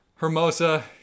Hermosa